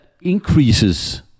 increases